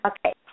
Okay